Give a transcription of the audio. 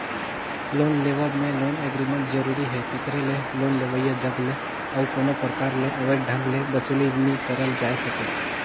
loan लेवब में loan agreement जरूरी हे तेकरे ले लोन लेवइया जग ले अउ कोनो परकार ले अवैध ढंग ले बसूली नी करल जाए सके